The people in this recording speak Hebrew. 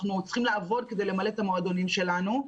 אנחנו צריכים לעבוד כדי למלא את המועדונים שלנו.